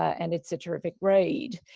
and it's a terrific read.